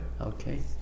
okay